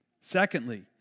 Secondly